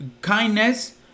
kindness